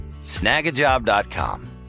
snagajob.com